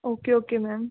okay okay ma'am